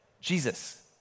Jesus